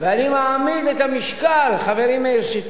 ואני מעמיד את המשקל, חברי מאיר שטרית,